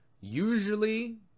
Usually